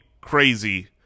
crazy